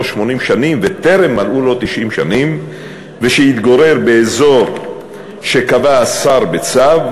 80 שנים וטרם מלאו לו 90 שנים ושהתגורר באזור שקבע השר בצו,